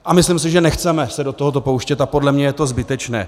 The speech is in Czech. A myslím si, že nechceme se do tohoto pouštět, a podle mě je to zbytečné.